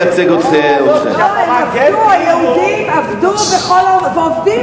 היהודים עבדו ועובדים.